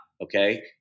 Okay